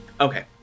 Okay